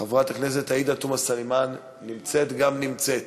חברת הכנסת עאידה תומא סלימאן, נמצאת גם נמצאת.